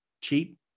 cheap